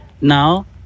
now